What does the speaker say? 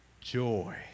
joy